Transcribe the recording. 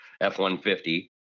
f-150